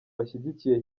bashyigikiye